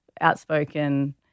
outspoken